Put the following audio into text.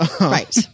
right